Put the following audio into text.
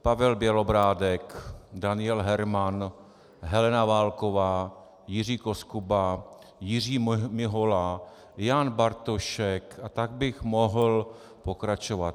Pavel Bělobrádek, Daniel Herman, Helena Válková, Jiří Koskuba, Jiří Mihola, Jan Bartošek a tak bych mohl pokračovat.